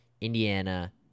Indiana